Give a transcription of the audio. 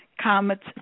Comets